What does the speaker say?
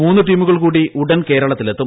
മൂന്ന് ടീമുകൾ കൂടി ഉടൻ കേരളത്തിൽ എത്തും